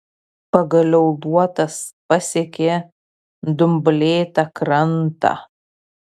pagaliau luotas pasiekė dumblėtą krantą